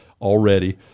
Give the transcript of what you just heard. already